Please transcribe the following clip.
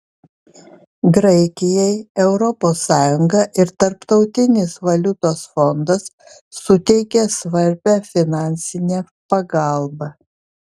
graikijai europos sąjunga ir tarptautinis valiutos fondas suteikė svarbią finansinę pagalbą